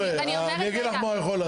חבר'ה, אני אגיד לך מה הוא יכול לעשות.